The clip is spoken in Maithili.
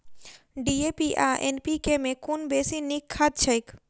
डी.ए.पी आ एन.पी.के मे कुन बेसी नीक खाद छैक?